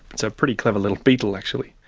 it's a pretty clever little beetle actually.